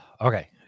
Okay